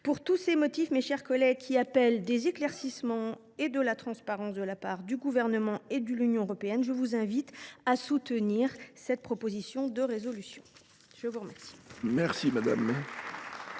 Pour tous ces motifs, mes chers collègues, qui appellent des éclaircissements et de la transparence de la part du Gouvernement et de l’Union européenne, je vous invite à soutenir cette proposition de résolution. La parole